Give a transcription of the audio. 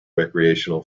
recreational